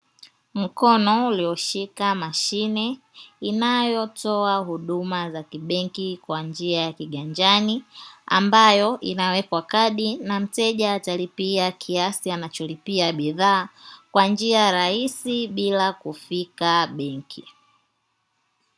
Mkono ulioshika mashine inayotoa huduma za kibenki, kwa njia ya kiganjani ambayo inawekwa kadi na mteja atalipia kiasi anacholipia bidhaa kwa njia rahisi bila kufika benki.